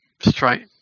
straight